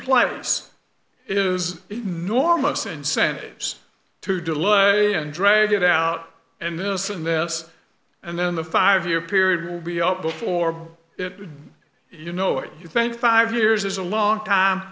place is norma's incentives to delay and drag it out and this and this and then the five year period will be up before you know it you think five years is a long time